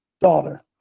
daughter